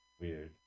Weird